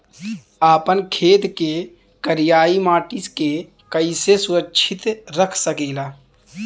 आपन खेत के करियाई माटी के कइसे सुरक्षित रख सकी ला?